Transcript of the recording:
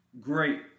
Great